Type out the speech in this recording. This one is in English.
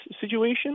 situation